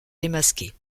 démasqué